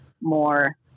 more